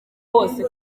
wose